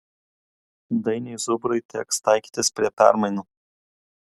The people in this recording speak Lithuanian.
dainiui zubrui teks taikytis prie permainų